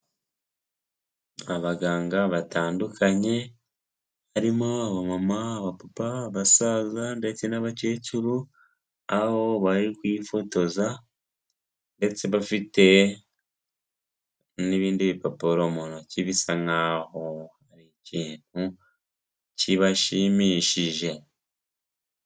Abaganga batandukanye; harimo aba mama, papa, abasaza ndetse n'abakecuru; aho bari kwifotoza ndetse bafite n'ibindi bipapuro mu ntoki; bisa nkaho hari ikintu kibashimishije.